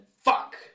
fuck